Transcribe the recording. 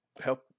help